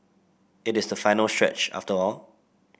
it is the final stretch after all